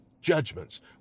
judgments